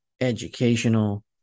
educational